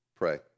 pray